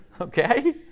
Okay